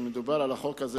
כשמדובר על החוק הזה,